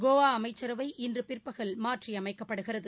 கோவாஅமைச்சரவை இன்றுபிற்பகல் மாற்றியமைக்கப்படுகிறது